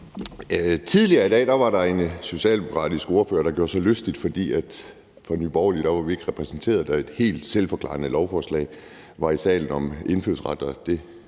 Tidligere i dag var der en socialdemokratisk ordfører, der gjorde sig lystig over, at Nye Borgerlige ikke var repræsenteret, da et helt selvforklarende lovforslag om indfødsret blev